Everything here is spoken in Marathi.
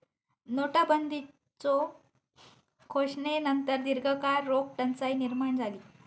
नोटाबंदीच्यो घोषणेनंतर दीर्घकाळ रोख टंचाई निर्माण झाली